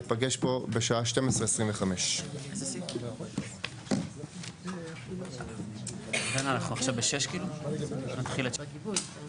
ניפגש פה בשעה 12:25. (הישיבה נפסקה בשעה 12:09 ונתחדשה בשעה 12:27.)